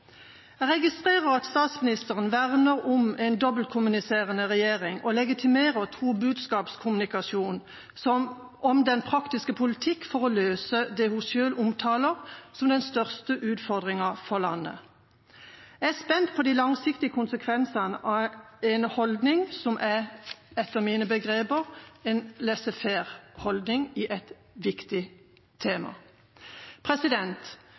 Jeg registrerer at statsministeren verner om en dobbeltkommuniserende regjering og legitimerer tobudskapskommunikasjon om den praktiske politikk for å løse det hun selv omtaler som den største utfordringa for landet. Jeg er spent på de langsiktige konsekvensene av en holdning som etter mine begreper er en laissez-faire-holdning i et viktig tema.